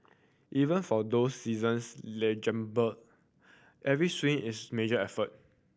even for those seasons every swing is major effort